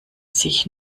sich